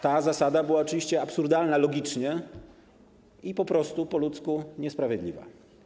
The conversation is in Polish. Ta zasada była oczywiście absurdalna logicznie i po prostu, po ludzku niesprawiedliwa.